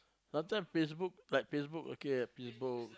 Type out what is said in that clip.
last time Facebook like Facebook okay people